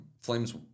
Flames